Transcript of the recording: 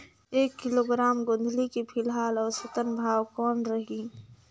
एक किलोग्राम गोंदली के फिलहाल औसतन भाव कौन रही?